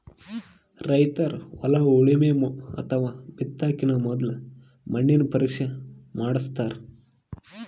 ರೈತರ್ ಹೊಲ ಉಳಮೆ ಅಥವಾ ಬಿತ್ತಕಿನ ಮೊದ್ಲ ಮಣ್ಣಿನ ಪರೀಕ್ಷೆ ಮಾಡಸ್ತಾರ್